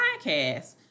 podcast